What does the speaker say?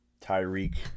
Tyreek